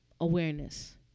awareness